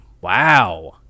wow